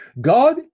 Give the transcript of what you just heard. God